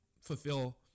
fulfill